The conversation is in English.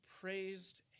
praised